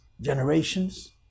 generations